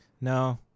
No